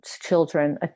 children